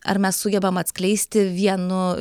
ar mes sugebam atskleisti vienu